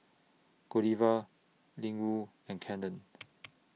Godiva Ling Wu and Canon